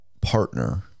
partner